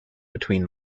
between